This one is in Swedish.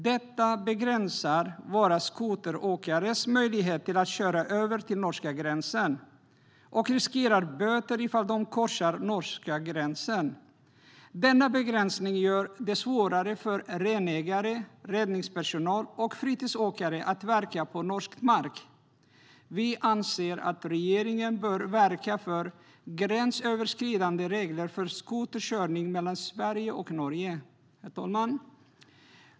Detta begränsar våra skoteråkares möjlighet att köra över norska gränsen, och de riskerar böter ifall de korsar norska gränsen. Denna begränsning gör det svårare för renägare, räddningspersonal och fritidsåkare att verka på norsk mark. Vi anser att regeringen bör verka för gränsöverskridande regler för skoterkörning mellan Sverige och Norge.Herr talman!